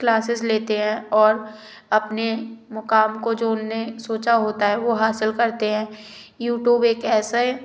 classes लेते हैं और अपने मुकाम को जो उन्होंने सोचा होता है वो हाँसिल करते हैं यूटूब एक ऐसे